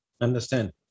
understand